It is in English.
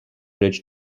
ridge